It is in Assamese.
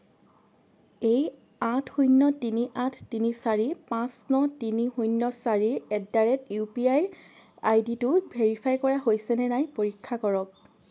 এই আঠ শূন্য তিনি আঠ তিনি চাৰি পাঁচ ন তিনি শূন্য চাৰি at the rate U P I আইডিটো ভেৰিফাই কৰা হৈছেনে নাই পৰীক্ষা কৰক